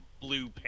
Blue